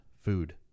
food